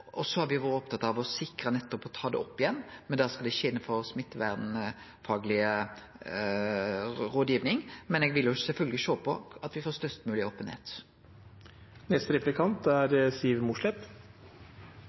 Så har me vore opptatt av å sikre å ta det opp igjen. Da skal det skje innanfor smittevernfagleg rådgiving, men eg vil sjølvsagt sjå på at me får størst mogleg openheit. Selvbetjening og digitalisering er